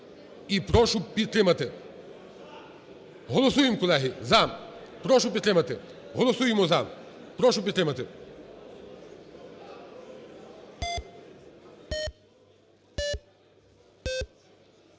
і прошу підтримати. Голосуємо, колеги, "за". Прошу підтримати. Голосуємо "за". Прошу підтримати.